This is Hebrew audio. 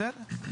בסדר.